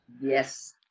yes